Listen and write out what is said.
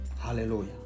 hallelujah